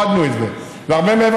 אה, כן, הינה, הזכרנו את ועדת אלאלוף,